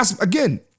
Again